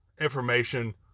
Information